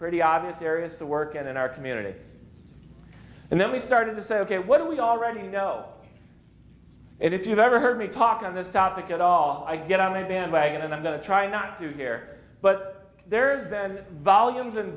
pretty obvious areas to work and in our community and then we started to say ok what do we already know and if you've ever heard me talk on this topic at all i get on the bandwagon and i'm going to try not to be here but there's been